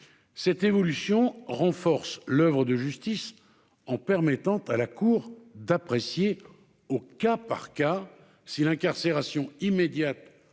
Cette évolution renforce l'oeuvre de justice en permettant à la cour d'apprécier au cas par cas, si l'incarcération immédiate